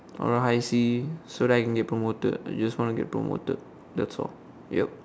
or a high C so that I can promoted I just want to get promoted that's all yep